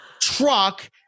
truck